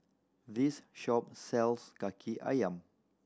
this shop sells Kaki Ayam